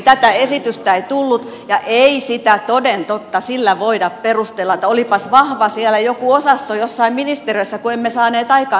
tätä esitystä ei tullut ja ei sitä toden totta sillä voida perustella että olipas vahva siellä joku osasto jossain ministeriössä kun emme saaneet aikaan